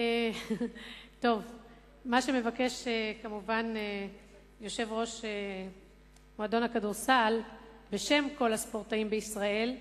מה שמבקש כמובן יושב-ראש מועדון הכדורסל בשם כל הספורטאים בישראל,